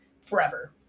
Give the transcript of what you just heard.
forever